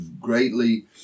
greatly